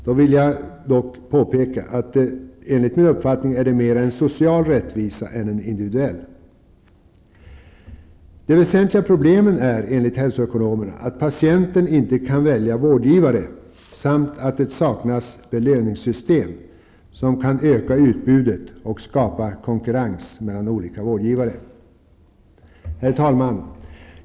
Dock vill jag påpeka att det enligt min uppfattning är mera en social rättvisa än en individuell. De väsentliga problemen är, enligt hälsoekonomerna, att patienten inte kan välja vårdgivare samt att det saknas belöningssystem som kan öka utbudet och skapa konkurrens mellan olika vårdgivare. Herr talman!